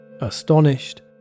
Astonished